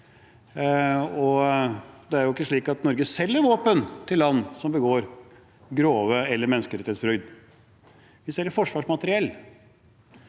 Norge selger våpen til land som begår grove menneskerettighetsbrudd. Vi selger forsvarsmateriell.